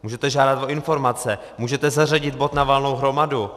Můžete žádat o informace, můžete zařadit bod na valnou hromadu.